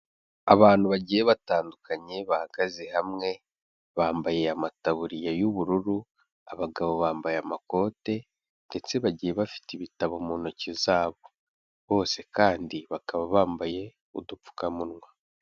Abantu bagiye batandukanye bahagaze hamwe, bambaye amataburiya y'ubururu, abagabo bambaye amakote ndetse bagiye bafite ibitabo mu ntoki zabo, bose kandi bakaba bambaye udupfukamunwa.